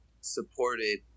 supported